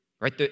right